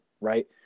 right